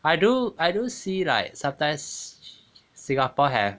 I do I do see like sometimes singapore have